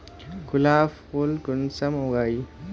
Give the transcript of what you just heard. गुलाब फुल कुंसम उगाही?